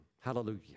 Hallelujah